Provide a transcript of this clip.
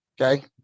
okay